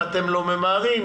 אתם לא ממהרים,